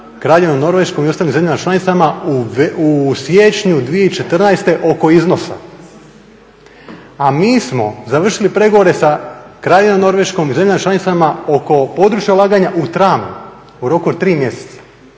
Kraljevinom Norveškom i ostalim zemljama članicama u siječnju 2014. oko iznosa, a mi smo završili pregovore sa Kraljevinom Norveškom i zemljama članicama oko područja ulaganja u travnju u roku od tri mjeseca.